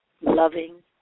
loving